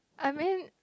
I mean